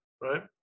right